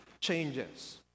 changes